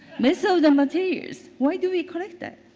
mess of the materials. why do we collect that?